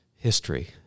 History